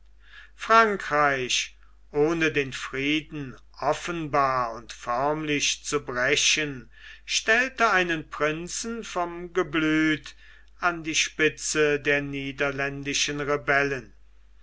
frankreich ohne den frieden offenbar und förmlich zu brechen stellte einen prinzen vom geblüt an die spitze der niederländischen rebellen